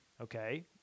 Okay